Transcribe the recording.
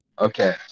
Okay